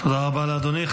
תודה רבה לאדוני.